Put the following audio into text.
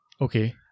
Okay